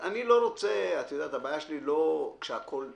הבעיה שלי לא כשהכול מצוין.